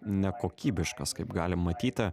nekokybiškas kaip galim matyti